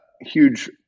huge